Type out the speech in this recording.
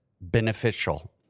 beneficial